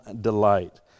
delight